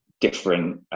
different